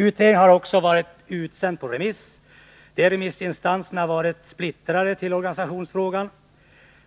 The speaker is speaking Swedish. Utredningen har också varit utsänd på remiss. Remissinstanserna har varit splittrade när det gäller organisationsfrågan.